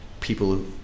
people